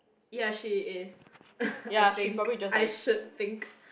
ya she is I think I should think